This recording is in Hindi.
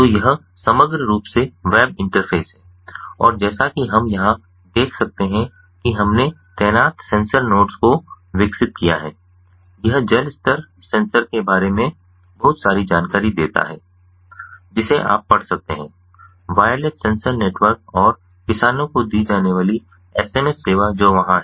तो यह समग्र रूप से वेब इंटरफेस हैं और जैसा कि हम यहां देख सकते हैं कि हमने तैनात सेंसर नोड्स को विकसित किया है यह जल स्तर सेंसर के बारे में बहुत सारी जानकारी देता है जिसे आप पढ़ सकते हैं वायरलेस सेंसर नेटवर्क और किसानों को दी जाने वाली एसएमएस सेवा जो वहां है